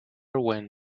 when